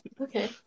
Okay